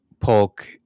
Polk